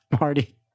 Marty